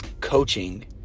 coaching